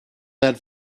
that